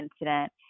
incident